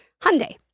Hyundai